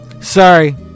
Sorry